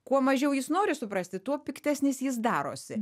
kuo mažiau jis nori suprasti tuo piktesnis jis darosi